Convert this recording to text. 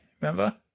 remember